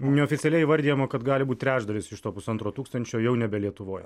neoficialiai įvardijama kad gali būti trečdalis iš to pusantro tūkstančio jau nebe lietuvoje